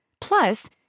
Plus